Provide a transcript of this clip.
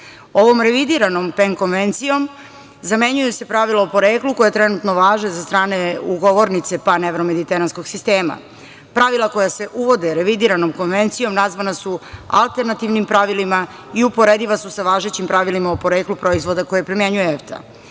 revidiranom PEM konvencijom, zamenjuju se pravila o poreklu koja trenutno važe za strane ugovornice pan-evro-mediteranskog sistema. Pravila koja se uvode revidiranom konvencijom nazvana su alternativnim pravilima i uporediva su sa važećim pravilima o poreklu proizvoda koje primenjuje EFTA.Sam